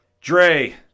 dre